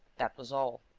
that was all.